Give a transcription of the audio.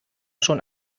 schon